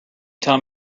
time